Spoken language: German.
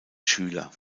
schüler